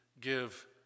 give